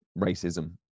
racism